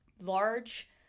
large